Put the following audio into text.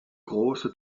große